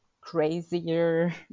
crazier